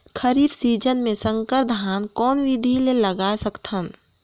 खरीफ season मे संकर धान कोन विधि ले लगा सकथन?